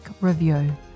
review